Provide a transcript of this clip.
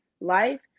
life